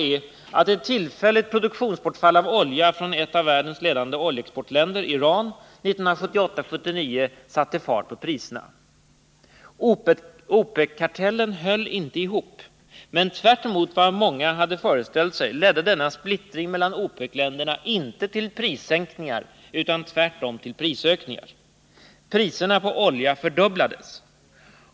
Ett tillfälligt produktionsbortfall av olja från ett av de ledande oljeexportländerna, Iran, 1978-1979 satte fart på priserna. OPEC-kartellen höll inte ihop. Men tvärtemot vad många hade föreställt sig ledde denna splittring mellan OPEC-länderna inte till prissänkningar utan till prisökningar. Priserna fördubblades.